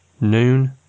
noon